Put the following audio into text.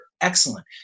excellent